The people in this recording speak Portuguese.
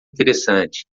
interessante